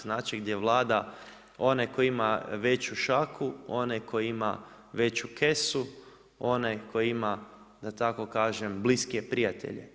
Znači gdje vlada onaj tko ima veću šaku, onaj koji ima veću kesu, onaj koji ima, da tako kažem, bliskije prijatelje.